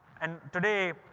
and today,